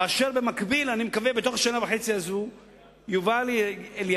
כאשר במקביל אני מקווה שבתוך השנה וחצי הזאת תובא לידינו